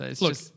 Look